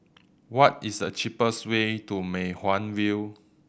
what is the cheapest way to Mei Hwan View